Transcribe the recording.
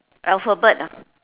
alphabet